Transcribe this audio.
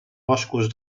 boscs